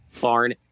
barn